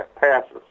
passes